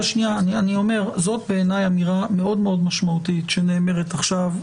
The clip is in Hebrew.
זאת בעיניי אמירה מאוד מאוד משמעותית שנאמרת עכשיו,